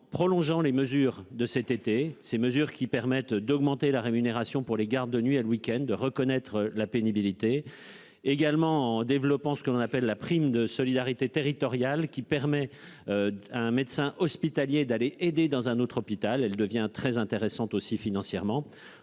en prolongeant les mesures de cet été. Ces mesures qui permettent d'augmenter la rémunération pour les gardes de nuit à le week-end de reconnaître la pénibilité. Également en développant ce qu'on appelle la prime de solidarité territoriale qui permet. À un médecin hospitalier d'aller aider dans un autre hôpital elle devient très intéressant aussi financièrement.